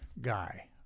guy